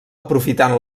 aprofitant